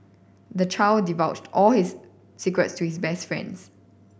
the child divulged all his secrets to his best friend